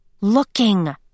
Looking